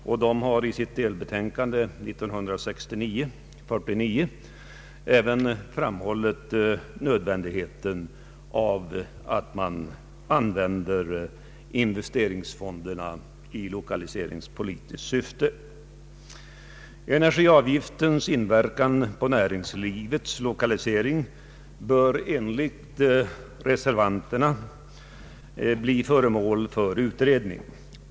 Utredningen har i sitt delbetänkande 1969:49 även framhållit nödvändigheten av att man använder investeringsfonderna i lokaliseringspolitiskt syfte. Energiavgiftens inverkan på näringslivets lokalisering bör enligt reservanterna bli föremål för utredning.